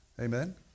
Amen